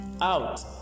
out